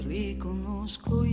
riconosco